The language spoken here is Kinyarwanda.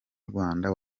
rwanda